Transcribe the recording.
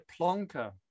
plonker